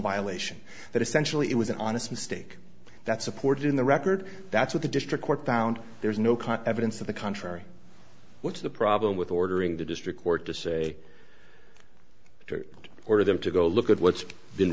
violation that essentially it was an honest mistake that supported in the record that's what the district court found there's no cut evidence to the contrary what's the problem with ordering the district court to say to order them to go look at what's been